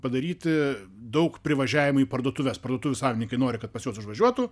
padaryti daug privažiavimų į parduotuves parduotuvių savininkai nori kad pas juos užvažiuotų